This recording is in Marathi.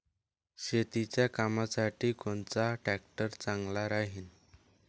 शेतीच्या कामासाठी कोनचा ट्रॅक्टर चांगला राहीन?